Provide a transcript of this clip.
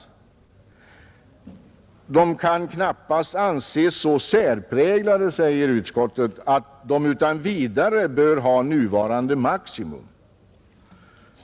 De kan knappt anses så särpräglade, säger utskottet, att de utan vidare bör ha nuvarande maximum.